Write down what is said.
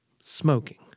Smoking